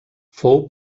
fou